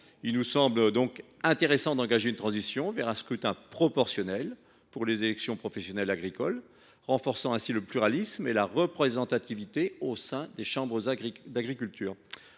Il nous semble intéressant d’engager une transition vers un scrutin proportionnel pour les élections professionnelles agricoles. Cela renforcerait le pluralisme et la représentativité au sein des chambres d’agriculture.